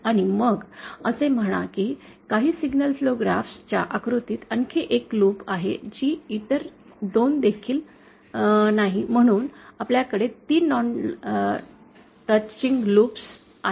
आणि मग असे म्हणा की काही सिग्नल फ्लो ग्राफ च्या आकृतीत आणखी एक लूप आहे जी इतर 2 देखील नाही म्हणून आपल्याकडे 3 नॉन टच लूप आहेत